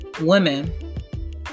women